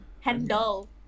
Handle